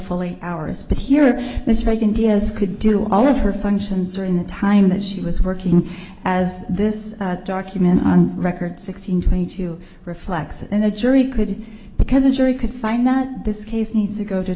fully hours but here are the strike indias could do all of her functions during the time that she was working as this document on record six hundred twenty two reflects and the jury could because a jury could find that this case needs to go to